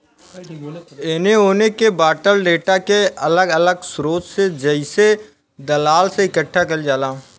एने ओने के बॉटल डेटा के अलग अलग स्रोत से जइसे दलाल से इकठ्ठा कईल जाला